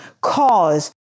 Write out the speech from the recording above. cause